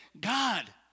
God